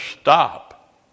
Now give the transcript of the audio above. stop